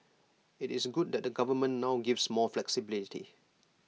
IT is good that the government now gives more flexibility